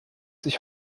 sich